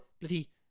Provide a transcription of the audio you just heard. Bloody